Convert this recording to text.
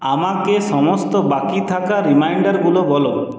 আমাকে সমস্ত বাকি থাকা রিমাইন্ডারগুলো বলো